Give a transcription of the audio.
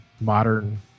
modern